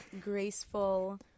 graceful